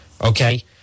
Okay